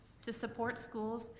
to support schools,